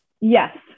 yes